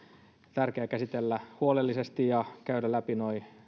tärkeää käsitellä huolellisesti ja käydä läpi